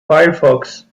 firefox